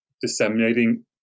disseminating